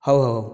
ହେଉ ହେଉ